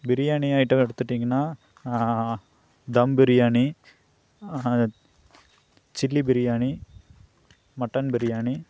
biryani item எடுத்துட்டிங்கன்னா dum biryani chilli biryani mutton biryani